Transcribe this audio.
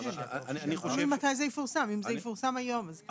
אם זה יפורסם היום אז כן.